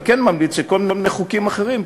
אני כן ממליץ שכל מיני חוקים אחרים,